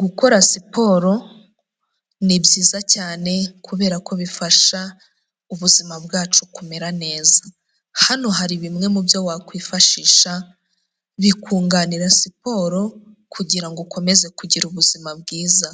Gukora siporo ni byiza cyane, kubera ko bifasha ubuzima bwacu kumera neza, hano hari bimwe mu byo wakwifashisha bikunganira siporo kugira ngo ukomeze kugira ubuzima bwiza,